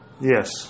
Yes